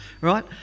Right